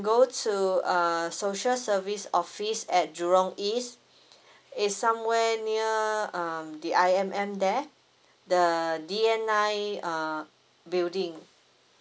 go to err social service office at jurong east it's somewhere near um the I_M_M there the D_N_I uh building